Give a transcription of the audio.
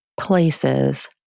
places